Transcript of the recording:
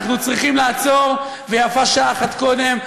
אנחנו צריכים לעצור, ויפה שעה אחת קודם.